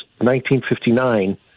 1959